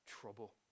trouble